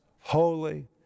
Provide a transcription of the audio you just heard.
holy